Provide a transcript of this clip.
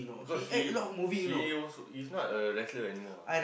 because he he also is not a wrestler anymore ah